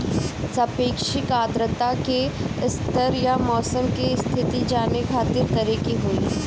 सापेक्षिक आद्रता के स्तर या मौसम के स्थिति जाने खातिर करे के होई?